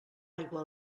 aigua